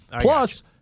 plus